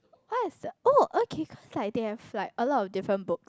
what's the oh okay cause I think have like a lot of different book